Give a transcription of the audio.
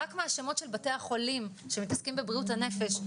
רק מהשמות של בתי החולים שמתעסקים בבריאות הנפש,